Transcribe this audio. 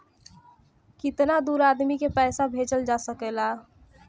कितना दूर आदमी के पैसा भेजल जा सकला?